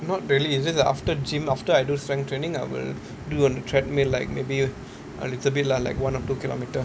not really it's just that after gym after I do strength training I will do on the threadmill like maybe a little bit lah like one to two kilometres